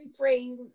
reframe